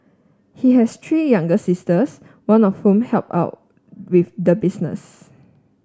he has three younger sisters one of whom help out with the business